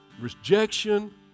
rejection